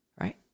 right